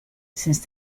since